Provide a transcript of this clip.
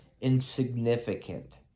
insignificant